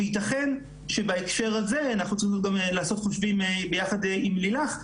וייתכן שבהקשר הזה אנחנו צריכים גם לעשות חושבים ביחד עם לילך,